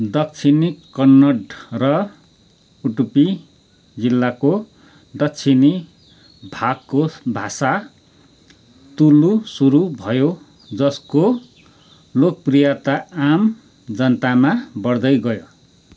दक्षिणी कन्नड र उडुपी जिल्लाको दक्षिणी भागको भाषा तुलु सुरु भयो जसको लोकप्रियता आम जनतामा बढ्दै गयो